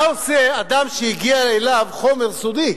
מה עושה אדם שהגיע אליו חומר סודי,